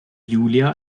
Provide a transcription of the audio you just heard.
julie